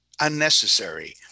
unnecessary